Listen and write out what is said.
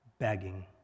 begging